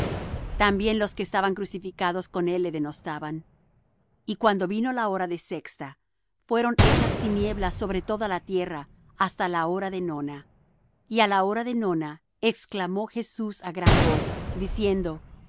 también los que estaban crucificados con él le denostaban y cuando vino la hora de sexta fueron hechas tinieblas sobre toda la tierra hasta la hora de nona y á la hora de nona exclamó jesús á gran voz diciendo